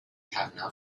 patna